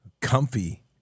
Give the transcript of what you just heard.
comfy